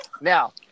Now